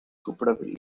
கூப்பிட